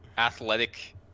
Athletic